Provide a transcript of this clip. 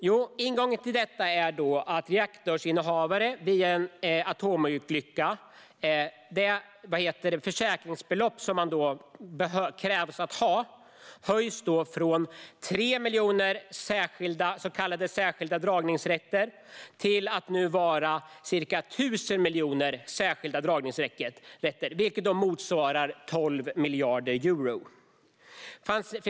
Jo, att det försäkringsbelopp som en reaktorinnehavare krävs att ha vid en atomreaktorolycka höjs från 3 miljoner så kallade särskilda dragningsrätter till 1 000 miljoner särskilda dragningsrätter, vilket motsvarar 12 miljarder euro.